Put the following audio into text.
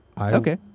okay